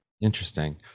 Interesting